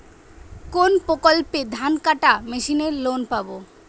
কোন প্রকল্পে ধানকাটা মেশিনের লোন পাব?